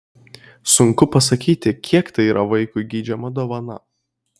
sunku pasakyti kiek tai yra vaikui geidžiama dovana